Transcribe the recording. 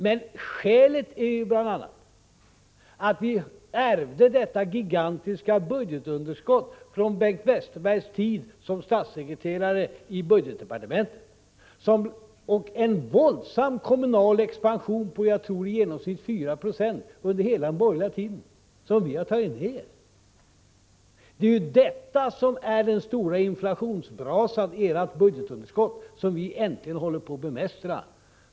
Men skälet är bl.a. att vi ärvde detta gigantiska budgetunderskott från Bengt Westerbergs tid som statssekreterare i budgetdepartementet, liksom en våldsam kommunal expansion på i genomsnitt, tror jag, 4 70 under hela den borgerliga tiden. Detta har vi tagit ned. Det är detta som är den stora inflationsbrasan i ert budgetunderskott som vi äntligen håller på att bemästra.